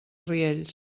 riells